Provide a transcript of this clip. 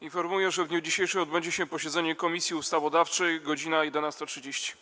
Informuję, że w dniu dzisiejszym odbędzie się posiedzenie Komisji Ustawodawczej - godz. 11.30.